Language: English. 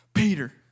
Peter